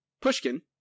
Pushkin